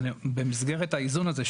במסגרת האיזון הזה,